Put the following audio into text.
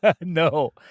no